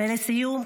ולסיום,